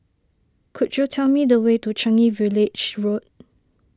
could you tell me the way to Changi Village Road